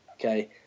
okay